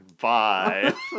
Bye